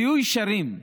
תהיו ישרים.